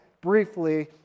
briefly